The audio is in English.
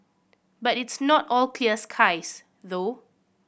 but it's not all clear skies though